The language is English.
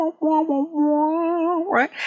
Right